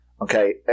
okay